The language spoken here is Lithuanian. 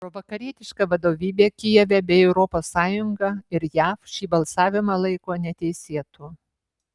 provakarietiška vadovybė kijeve bei europos sąjunga ir jav šį balsavimą laiko neteisėtu